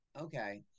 okay